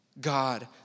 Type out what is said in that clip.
God